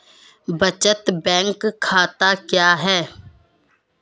बचत बैंक खाता क्या है?